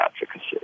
advocacy